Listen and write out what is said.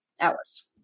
Hours